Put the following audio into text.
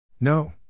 No